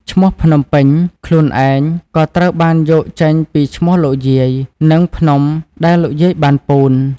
ឈ្មោះ "ភ្នំពេញ" ខ្លួនឯងក៏ត្រូវបានយកចេញពីឈ្មោះលោកយាយ និងភ្នំដែលលោកយាយបានពូន។